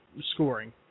scoring